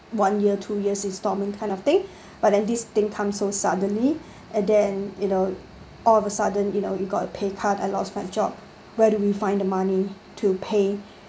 one year two years installment kind of thing but then this thing come so suddenly and then you know all of a sudden you know you got a pay cut I lost my job where do we find the money to pay